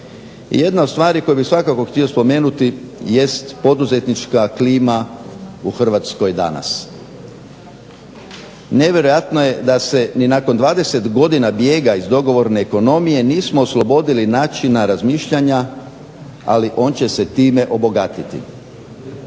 jedna od stvari koje bih svakako htio spomenuti jest poduzetnička klima u Hrvatskoj danas. Nevjerojatno je da se ni nakon 20 godina bijega iz dogovorne ekonomije nismo oslobodili načina razmišljanja ali on će se time obogatiti.